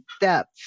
depth